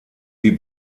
die